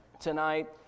tonight